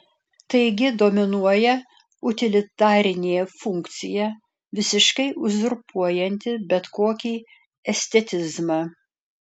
taigi dominuoja utilitarinė funkcija visiškai uzurpuojanti bet kokį estetizmą